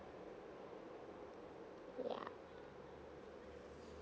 yup